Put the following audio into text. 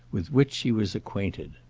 with which he was acquainted.